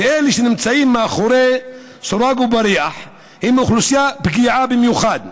ואלה שנמצאים מאחורי סורג ובריח הם אוכלוסייה פגיעה במיוחד.